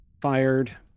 fired